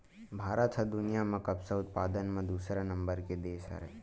भारत ह दुनिया म कपसा उत्पादन म दूसरा नंबर के देस हरय